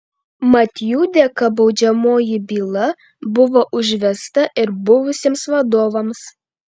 mat jų dėka baudžiamoji byla buvo užvesta ir buvusiems vadovams